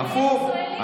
הפוך.